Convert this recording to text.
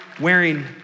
wearing